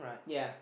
ya